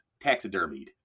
taxidermied